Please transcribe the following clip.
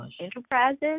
Enterprises